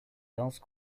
dense